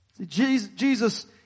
Jesus